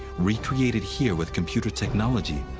recreated here with computer technology,